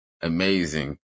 Amazing